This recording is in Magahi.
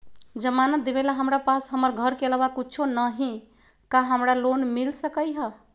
जमानत देवेला हमरा पास हमर घर के अलावा कुछो न ही का हमरा लोन मिल सकई ह?